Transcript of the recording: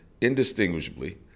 indistinguishably